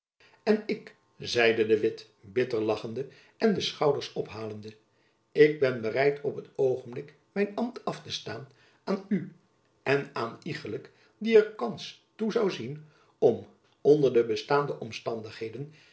en ik zeide de witt bitter lachende en de schouders ophalende ik ben bereid op t oogenblik mijn ambt af te staan aan u en aan een iegelijk die er kans toe zoû zien om onder de bestaande omstandigheden